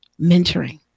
Mentoring